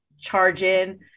charge-in